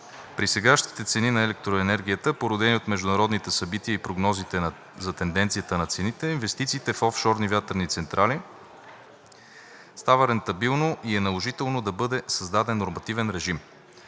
При сегашните цени на електроенергията, породени от международните събития и прогнозите за тенденцията на цените, инвестициите в офшорни вятърни централи стават рентабилни и е наложително да бъде създаден нормативен режим.